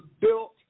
built